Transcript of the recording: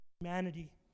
humanity